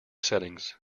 settings